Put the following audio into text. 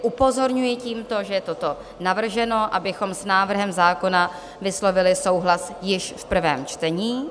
Upozorňuji tímto, že je toto navrženo, abychom s návrhem zákona vyslovili souhlas již v prvém čtení.